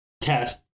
test